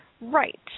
Right